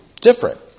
different